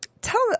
Tell